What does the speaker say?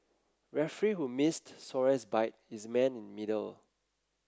referee who missed Suarez bite is man in middle